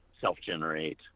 self-generate